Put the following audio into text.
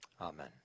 Amen